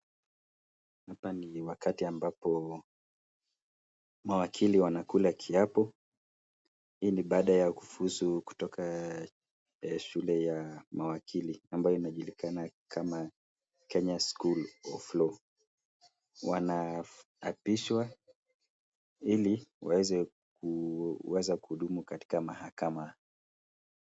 Hapa ni wakati ambapo mawakili wanakula kiapo. Hii ni baada ya kufuzu kutoka shule ya mawakili ambayo inajulikana kama Kenya School Of Law. Wanaapishwa ili waweze kuhudumu katika mahakama.